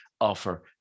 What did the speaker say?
offer